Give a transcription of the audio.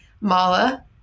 mala